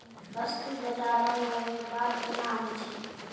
बस्तु बजारो मे व्यपार केना होय छै?